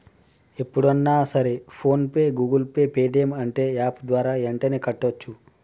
ఎప్పుడన్నా సరే PhonePe Google Pay Paytm అంటే యాప్ ద్వారా యెంటనే కట్టోచ్చు